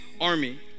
army